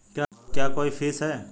क्या कोई फीस है?